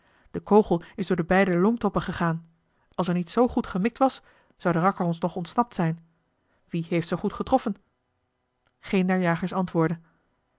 de kogel is door de beide longtoppen gegaan als er niet zoo goed gemikt was zou de rakker ons nog ontsnapt zijn wie heeft zoo goed getroffen geen der jagers antwoordde